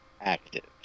active